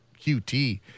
QT